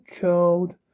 child